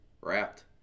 wrapped